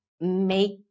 make